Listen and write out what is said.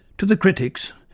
to the critics,